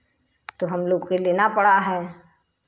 तो हम लोग के लेना पड़ा है